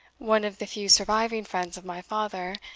one of the few surviving friends of my father,